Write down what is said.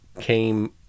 came